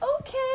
okay